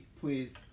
please